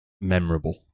Memorable